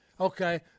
okay